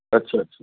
ਅੱਛਾ ਅੱਛਾ